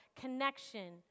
connection